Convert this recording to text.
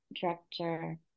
director